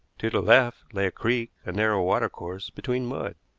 to the left lay a creek, a narrow water course between mud.